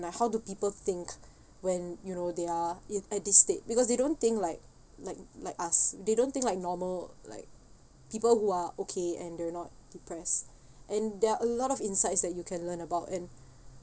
like how do people think when you know they are in uh this state because they don't think like like like us they don't think like normal like people who are okay and they're not depressed and there're a lot of insights that you can learn about and